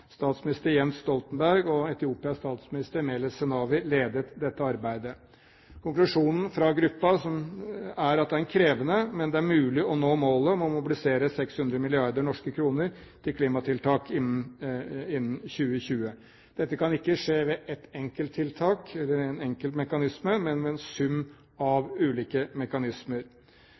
Statsminister Jens Stoltenberg og Etiopias statsminister Meles Zenawi ledet dette arbeidet. Konklusjonen fra gruppen er at det er krevende, men at det er mulig å nå målet om å mobilisere 600 mrd. norske kroner til klimatiltak innen 2020. Dette kan ikke skje ved ett enkelt tiltak eller en enkel mekanisme, men ved en sum av ulike mekanismer.